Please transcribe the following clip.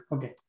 Okay